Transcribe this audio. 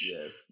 Yes